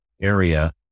area